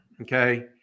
okay